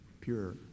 pure